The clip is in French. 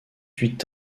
huit